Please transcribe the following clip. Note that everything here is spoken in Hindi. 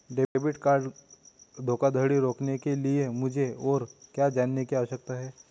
डेबिट कार्ड धोखाधड़ी को रोकने के लिए मुझे और क्या जानने की आवश्यकता है?